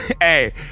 Hey